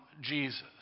Jesus